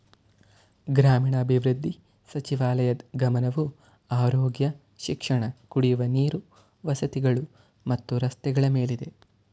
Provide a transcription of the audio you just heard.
ಗ್ರಾಮೀಣಾಭಿವೃದ್ಧಿ ಸಚಿವಾಲಯದ್ ಗಮನವು ಆರೋಗ್ಯ ಶಿಕ್ಷಣ ಕುಡಿಯುವ ನೀರು ವಸತಿಗಳು ಮತ್ತು ರಸ್ತೆಗಳ ಮೇಲಿದೆ